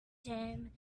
jam